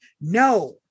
no